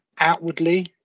outwardly